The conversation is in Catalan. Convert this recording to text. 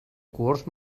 cohorts